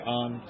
on